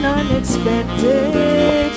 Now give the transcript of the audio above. unexpected